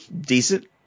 decent